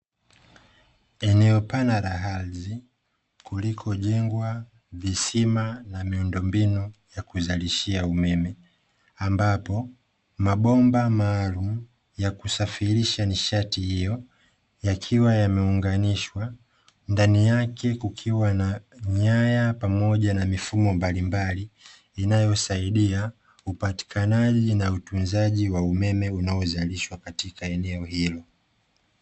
Eneo pana la ardhi kulikojengwa visima na miundombinu ya kuzalishia umeme, ambapo mabomba maalumu ya kusafirisha nishati hiyo yakiwa yameunganishwa ndani yake kukiwa na nyaya pamoja na mifumo mbalimbali inayosaidia upatikanaji na utunzaji wa umeme unaozalishwa katika eneo hilo.